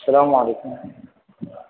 السلام علیکم